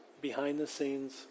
behind-the-scenes